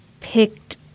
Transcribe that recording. picked